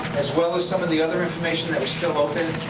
as well as some of the other information that was still open.